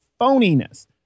phoniness